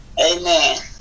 Amen